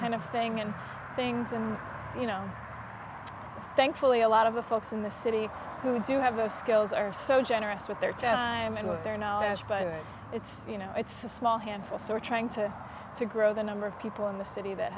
kind of thing and things and you know thankfully a lot of the folks in the city who do have those skills are so generous with their time and what they're now saying it's you know it's a small handful so we're trying to to grow the number of people in the city that